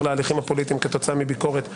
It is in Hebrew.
להליכים הפוליטיים כתוצאה מביקורת עמומה.